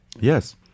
Yes